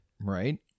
Right